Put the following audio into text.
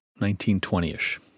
1920-ish